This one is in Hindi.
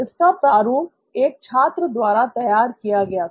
इसका प्रारूप एक छात्र द्वारा तैयार किया गया था